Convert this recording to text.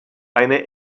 eine